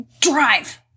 drive